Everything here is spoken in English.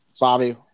Bobby